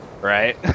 right